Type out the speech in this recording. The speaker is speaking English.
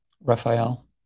Raphael